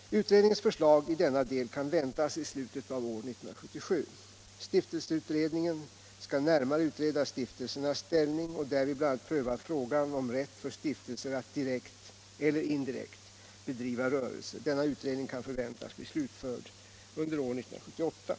Utredningens förslag i denna del kan väntas i slutet av år 1977. Stiftelseutredningen skall närmare utreda stiftelsernas ställning och därvid bl.a. pröva frågan om rätt för stiftelser att direkt eller indirekt bedriva rörelse. Denna utredning kan = Nr 104 förväntas bli slutförd under år 1978.